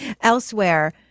elsewhere